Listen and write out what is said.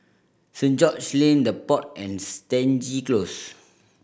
Saint George Lane The Pod and Stangee Close